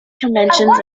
conventions